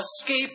escape